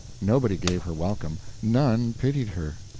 nobody gave her welcome, none pitied her.